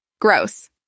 Gross